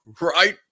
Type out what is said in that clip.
right